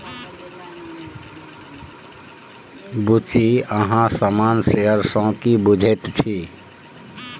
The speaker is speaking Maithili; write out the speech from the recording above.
बुच्ची अहाँ सामान्य शेयर सँ की बुझैत छी?